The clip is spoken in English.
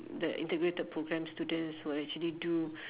the integrated program students will actually do